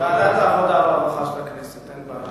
ועדת העבודה והרווחה של הכנסת, אין בעיה.